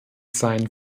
seinen